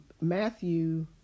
Matthew